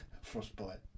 Frostbite